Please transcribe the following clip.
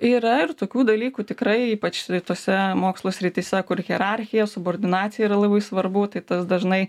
yra ir tokių dalykų tikrai ypač tose mokslo srityse kur hierarchija subordinacija yra labai svarbu tai tas dažnai